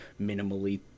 minimally